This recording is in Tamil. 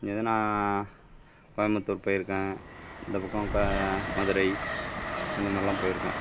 இதனா கோயம்புத்தூர் போயிருக்கேன் இந்த பக்கம் மதுரை அந்தமாதிரில்லாம் போயிருக்கேன்